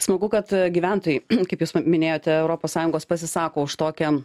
smagu kad gyventojai kaip jūs minėjote europos sąjungos pasisako už tokią